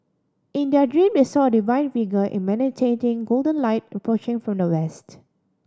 in their dream they saw a divine figure emanating golden light approaching from the west